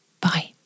Bye